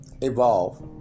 evolve